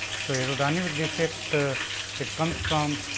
so, aerodynamic effect ah it comes from